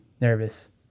nervous